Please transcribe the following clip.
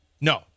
No